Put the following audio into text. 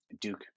Duke